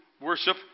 worship